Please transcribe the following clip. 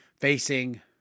facing